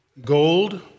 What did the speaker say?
Gold